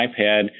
iPad